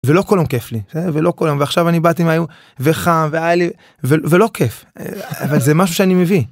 ולא כל היום כיף לי, בסדר? ולא כל היום- ועכשיו אני באתי והם היו... וחם, והיה לי.. ולא כיף. אבל זה משהו שאני מביא.